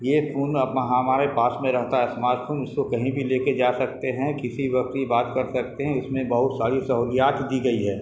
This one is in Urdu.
یہ فون ہمارے پاس میں رہتا ہے اسمارٹ فون اس کو کہیں بھی لے کے جا سکتے ہیں کسی وقت بھی بات کر سکتے ہیں اس میں بہت ساری سہولیات دی گئی ہے